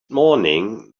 morning